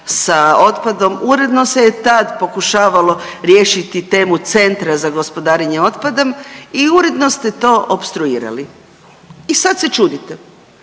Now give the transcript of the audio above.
sa otpadom, uredno se je tad pokušavalo riješiti temu centra za gospodarenje otpadom i uredno ste to opstruirali. I sad se čudite.